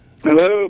Hello